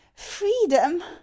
freedom